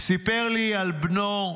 סיפר לי על בנו,